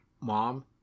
mom